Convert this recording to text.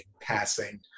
passing